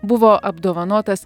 buvo apdovanotas